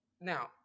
now